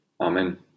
Amen